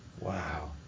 Wow